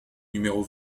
numéro